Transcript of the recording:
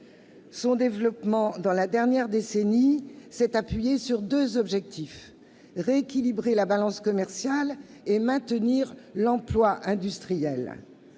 Son développement dans la dernière décennie s'est appuyé sur deux objectifs : rééquilibrer la balance commerciale et maintenir l'emploi industriel.